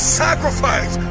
sacrifice